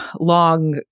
long